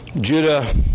Judah